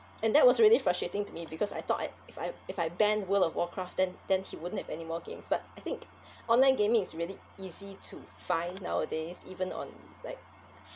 and that was really frustrating to me because I thought I if I if I ban world of warcraft then then he wouldn't have anymore games but I think online gaming is really easy to find nowadays even on like